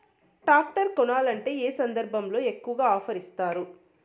Tractor కొనాలంటే ఏ సందర్భంలో ఎక్కువగా ఆఫర్ ఇస్తారు?